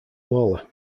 smaller